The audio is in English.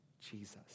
Jesus